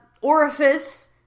orifice